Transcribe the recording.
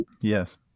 Yes